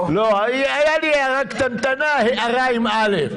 לא, הייתה לי הארה קטנטנה, הארה עם א'.